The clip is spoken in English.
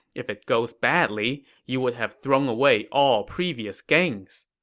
if it goes badly, you would have thrown away all previous gains.